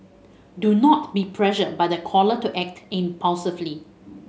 do not be pressured by the caller to act impulsively